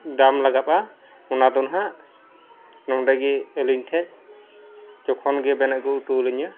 ᱫᱟᱢ ᱞᱟᱜᱟᱼᱟ ᱚᱱᱟᱫᱚ ᱱᱟᱦᱟᱸᱜ ᱱᱚᱰᱮᱜᱮ ᱟᱹᱞᱤᱧᱴᱷᱮᱱ ᱡᱚᱠᱷᱚᱱᱜᱮᱵᱮᱱ ᱟᱹᱜᱩ ᱦᱚᱴᱚ ᱟᱹᱞᱤᱧᱟ